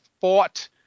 fought